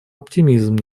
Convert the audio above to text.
оптимизм